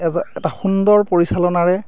as এটা সুন্দৰ পৰিচালনাৰে